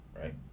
right